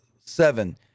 seven